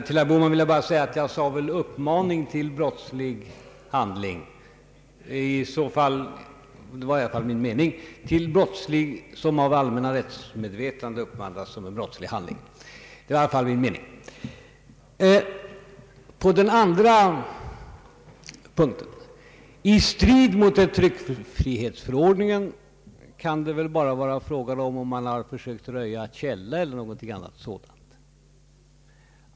Nej.) Det var i varje fall min mening att framhålla att det här gäller uppmaning till något som av det allmänna rättsmedvetandet uppfattas som en brottslig handling. För det andra vill jag nämna att avgörande för frågan, om det hela skulle stå i strid med tryckfrihetsförordningen kan vara, att man sökt röja källa eller någonting sådant.